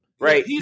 right